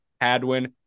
Hadwin